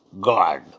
God